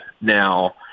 Now